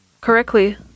correctly